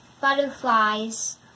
butterflies